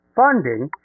funding